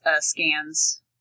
scans